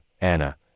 Anna